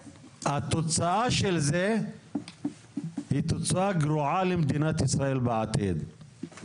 התוצאה של זה היא תוצאה גרועה למדינת ישראל בעתיד.